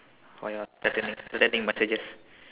for your threatening threatening messages